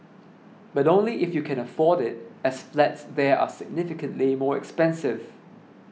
but only if you can afford it as flats there are significantly more expensive